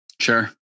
Sure